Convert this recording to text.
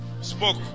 spoke